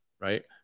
right